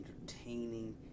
entertaining